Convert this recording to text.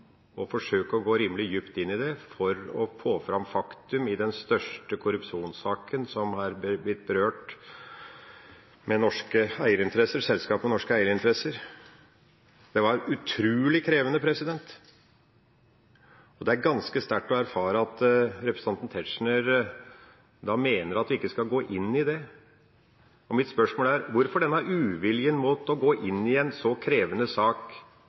og forsøke å gå rimelig dypt inn i dette for å få fram faktum i den største korrupsjonssaken som har berørt selskap med norske eierinteresser. Det var utrolig krevende. Og det er ganske sterkt å erfare at representanten Tetzschner da mener at vi ikke skal gå inn i dette. Mitt spørsmål er: Hvorfor denne uviljen mot å gå inn i en så krevende sak,